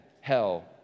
hell